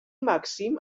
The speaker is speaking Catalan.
màxim